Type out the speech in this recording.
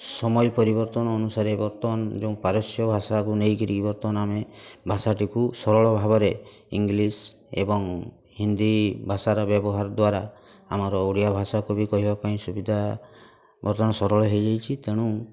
ସମୟ ପରିବର୍ତ୍ତନ ଅନୁସାରେ ବର୍ତ୍ତମାନ ଯେଉଁ ପାରସ୍ୟ ଭାଷାକୁ ନେଇକରି ବର୍ତ୍ତମାନ ଆମେ ଭାଷାଟିକୁ ସରଳ ଭାବରେ ଇଂଲିଶ୍ ଏବଂ ହିନ୍ଦୀ ଭାଷାର ବ୍ୟବହାର ଦ୍ୱାରା ଆମର ଓଡ଼ିଆ ଭାଷାକୁ ବି କହିବାପାଇଁ ସୁବିଧା ବର୍ତ୍ତମାନ ସରଳ ହୋଇଯାଇଛି ତେଣୁ